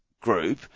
group